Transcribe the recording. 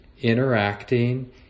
interacting